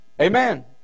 Amen